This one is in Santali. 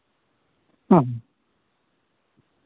ᱦᱮᱸ